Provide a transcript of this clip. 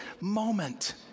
moment